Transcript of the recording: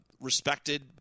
respected